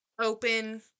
open